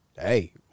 hey